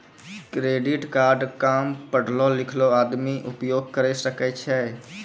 Credit card काम पढलो लिखलो आदमी उपयोग करे सकय छै?